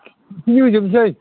होजोबनोसै